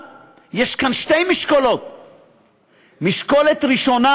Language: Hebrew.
מסורתי, רוב חברי פה גדלו בבתים כאלה.